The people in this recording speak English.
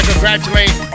Congratulate